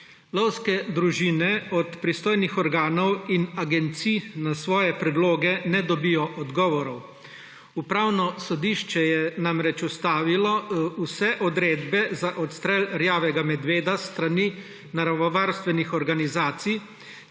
Lovske družine od pristojnih organov in agencij na svoje predloge ne dobijo odgovorov. Upravno sodišče je namreč ustavilo vse odredbe za odstrel rjavega medveda s strani naravovarstvenih organizacij,